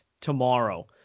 tomorrow